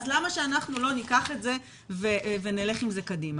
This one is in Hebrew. אז למה שאנחנו לא ניקח את זה ונלך עם זה קדימה?